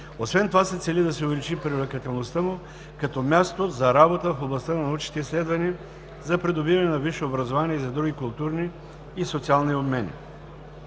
Освен това се цели да се увеличи привлекателността му като място за работа в областта на научните изследвания, за придобиване на висше образование и за други културни и социални обмени.